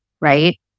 right